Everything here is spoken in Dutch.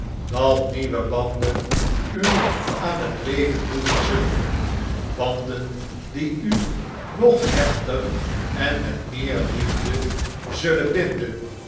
dat nieuwe banden u aan het leven boeien zullen banden die u nog hechter en met meer liefde zullen binden